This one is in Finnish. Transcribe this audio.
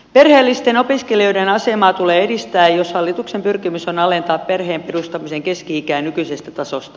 perheellisten opiskelijoiden asemaa tulee edistää jos hallituksen pyrkimys on alentaa perheen perustamisen keski ikää nykyisestä tasosta